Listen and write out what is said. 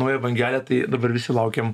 nauja bangelė tai dabar visi laukėm